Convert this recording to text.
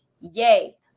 yay